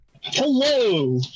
Hello